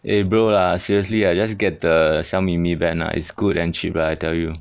eh bro lah seriously I just get the 小米 mi band lah it's good and cheap lah I tell you